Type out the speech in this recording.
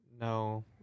No